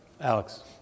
Alex